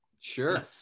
sure